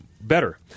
better